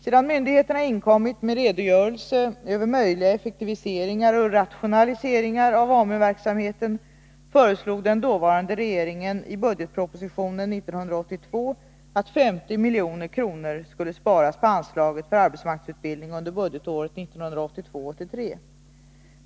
Sedan myndigheterna inkommit med redogörelse över möjliga effektiviseringar och rationaliseringar av AMU-verksamheten föreslog den dåvarande regeringen i budgetpropositionen 1982 att 50 milj.kr. skulle sparas på anslaget för arbetsmarknadsutbildning under budgetåret 1982/83.